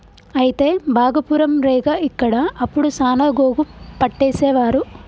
అయితే భాగపురం రేగ ఇక్కడ అప్పుడు సాన గోగు పట్టేసేవారు